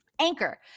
Anchor